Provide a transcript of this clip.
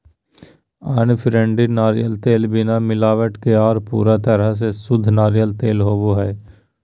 unrefined नारियल तेल बिना मिलावट के आर पूरा तरह से शुद्ध नारियल तेल होवो हय